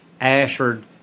Ashford